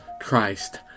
christ